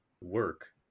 work